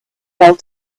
fell